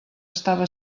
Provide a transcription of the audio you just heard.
estava